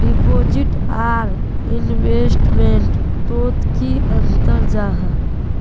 Deposit आर investment तोत की अंतर जाहा?